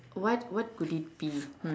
what what could it be hmm